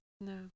No